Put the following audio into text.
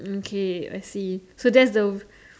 um K I see so that's the